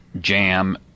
jam